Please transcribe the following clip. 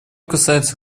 касается